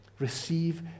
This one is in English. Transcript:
receive